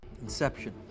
Inception